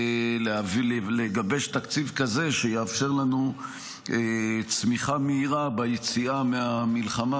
ולגבש תקציב כזה שיאפשר לנו צמיחה מהירה ביציאה מהמלחמה,